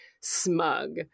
smug